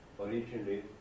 Originally